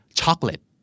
chocolate